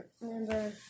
remember